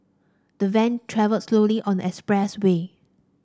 the van travelled slowly on the express way